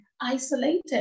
isolated